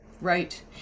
right